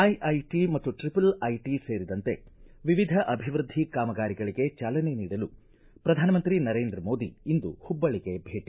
IIT ಮತ್ತು triple IT ಸೇರಿದಂತೆ ವಿವಿಧ ಅಭಿವೃದ್ದಿ ಕಾಮಗಾರಿಗಳಗೆ ಚಾಲನೆ ನೀಡಲು ಪ್ರಧಾನಮಂತ್ರಿ ನರೇಂದ್ರ ಮೋದಿ ಇಂದು ಹುಬ್ಬಳ್ಳಿಗೆ ಭೇಟ